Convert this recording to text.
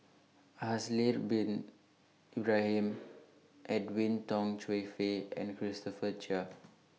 Haslir Bin Ibrahim Edwin Tong Chun Fai and Christopher Chia